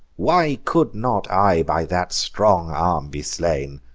why could not i by that strong arm be slain,